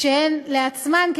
כשהם לעצמם,